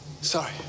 sorry